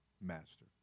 Master